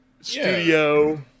studio